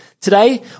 Today